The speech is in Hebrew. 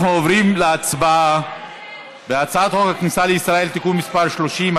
אנחנו עוברים להצבעה על הצעת חוק הכניסה לישראל (תיקון מס' 30),